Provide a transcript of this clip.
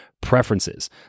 preferences